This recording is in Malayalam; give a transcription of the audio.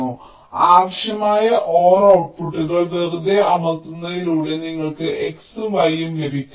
അതിനാൽ ആവശ്യമായ OR ഔട്ട്പുട്ട്ടുകൾ വെറുതെ അമർത്തുന്നതിലൂടെ നിങ്ങൾക്ക് x ഉം y ഉം ലഭിക്കും